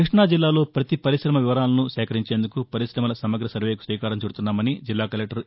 క్బఫ్లై జిల్లాలో పతి పరిశమ వివరాలను సేకరించేందుకు పరిశమల సమగ్ర సర్వేకు శ్రీకారం చుదుతున్నామని జిల్లా కలెక్లర్ ఏ